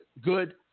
good